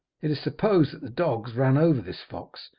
it is supposed that the dogs ran over this fox,